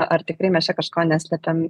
ar tikrai mes čia kažko neslepiam